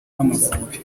w’amavubi